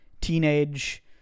teenage